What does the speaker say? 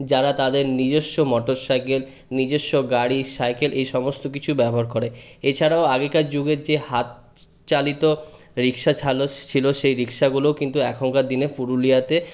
যারা তাদের নিজস্ব মোটরসাইকেল নিজেস্ব গাড়ি সাইকেল এইসমস্ত কিছু ব্যবহার করে এছাড়াও আগেকার যুগে যে হাতচালিত রিক্সা ছালো ছিল সেই রিক্সাগুলোও কিন্তু এখনকার দিনে পুরুলিয়াতে